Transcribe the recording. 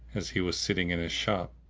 as he was sitting in his shop,